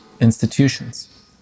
institutions